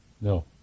no